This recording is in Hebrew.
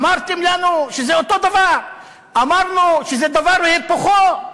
אמרתם לנו שזה אותו דבר, אמרנו שזה דבר והיפוכו,